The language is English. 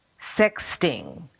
sexting